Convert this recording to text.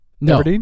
No